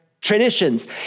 traditions